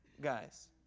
guys